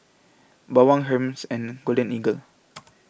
Bawang Hermes and Golden Eagle